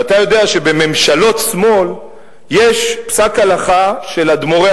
ואתה יודע שבממשלות שמאל יש פסק הלכה של אדמו"רי